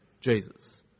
Jesus